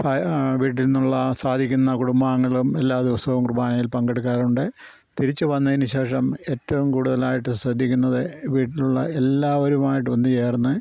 വീട്ടില്നിന്നുള്ള സാധിക്കുന്ന കുടുംബാഗങ്ങളും എല്ലാ ദിവസവും കുർബാനയിൽ പങ്കെടുക്കാറുണ്ട് തിരിച്ചുവന്നതിനു ശേഷം ഏറ്റവും കൂടുതലായിട്ട് ശ്രദ്ധിക്കുന്നത് വീട്ടിലുള്ള എല്ലാവരുമായിട്ട് ഒന്നുചേർന്ന്